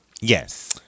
yes